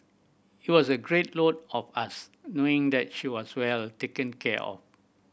it was a great load off us knowing that she was well taken care of